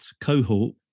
cohort